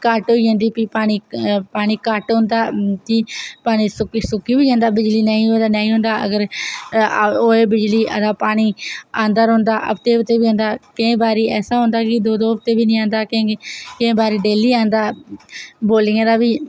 घट्ट होई जंदी फ्ही पानी घट्ट होंदा कि पानी सुक्की बी जंदा पानी घट्ट होऐ ता नेईं होऐ बिजली ते पानी आंदा रौंह्दा हफ्ते हप्ते औंदा कोईं बारी ऐसी होंदा कि दो दो हप्ते नी औंदा केईं बारी डेल्ली औंदा बौलियें दा बी